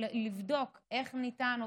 לבדוק איך ניתן יהיה,